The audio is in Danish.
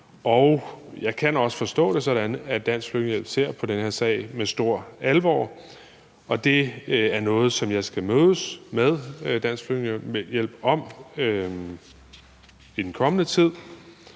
på. Jeg kan også forstå, at Dansk Flygtningehjælp ser på den her sag med stor alvor. Det er noget, som jeg skal mødes med Dansk Flygtningehjælp om i den kommende tid.